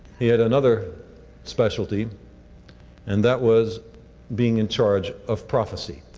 he had another specialty and that was being in charge of prophecy.